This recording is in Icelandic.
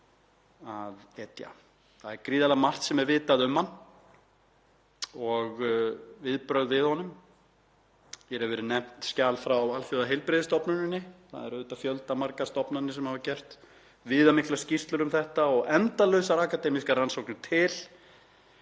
Það er gríðarlega margt sem er vitað um hann og viðbrögð við honum. Hér hefur verið nefnt skjal frá Alþjóðaheilbrigðismálastofnuninni. Það eru fjöldamargar stofnanir sem hafa gert viðamiklar skýrslur um þetta og til eru endalausar akademískar rannsóknir.